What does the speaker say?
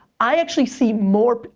i actually see more,